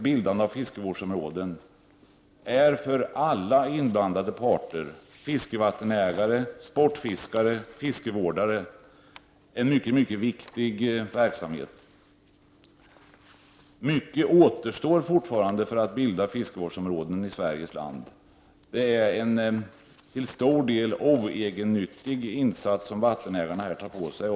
Bildandet av fiskevårdsområden är för alla inblandade parter — fiskevattenägare, sportfiskare och fiskevårdare — en mycket viktig verksamhet. Mycket återstår när det gäller bildandet av fiskevårdsområden i vårt land. Det är en till stor del oegennyttig insats som vattenägarna åtar sig.